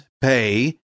pay